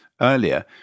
earlier